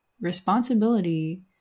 responsibility